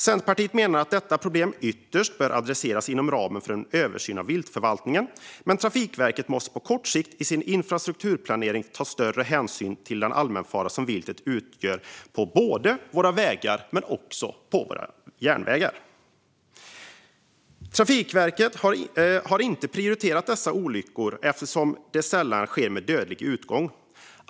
Centerpartiet menar att detta problem ytterst bör adresseras inom ramen för en översyn av viltförvaltningen men att Trafikverket på kort sikt måste ta större hänsyn i sin infrastrukturplanering till den allmänfara som viltet utgör på våra vägar men också på våra järnvägar. Trafikverket har inte prioriterat dessa olyckor eftersom de sällan sker med dödlig utgång.